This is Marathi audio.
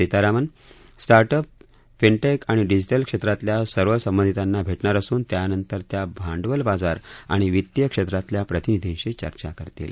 सीतारामन स्टर्टअप फिनटेक आणि डिजीटल क्षेत्रातल्या सर्वसंबंधितांना भेटणार असून त्यानंतर त्या भांडवल बाजार आणि वित्तीय क्षेत्रातल्या प्रतिनिधींशी चर्चा करतील